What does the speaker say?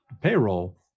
payroll